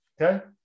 Okay